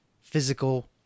physical